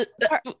sorry